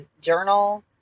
journal